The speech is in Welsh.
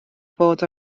fod